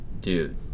dude